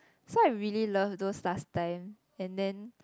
so I really love those last time and then